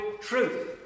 truth